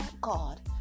God